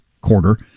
quarter